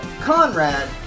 conrad